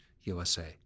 USA